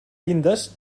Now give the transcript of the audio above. llindes